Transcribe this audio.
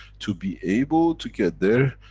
to be able to get there,